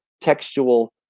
textual